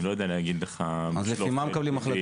אני לא יודע להגיד לך בשלוף --- אז לפי מה מקבלים החלטה?